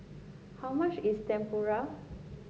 how much is Tempura